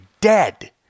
dead